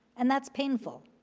and that's painful.